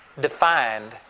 defined